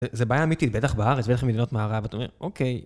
זה בעיה אמיתית, בטח בארץ, בטח במדינות מערב, אתה אומר, אוקיי.